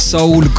Soul